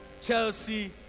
chelsea